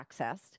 accessed